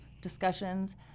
discussions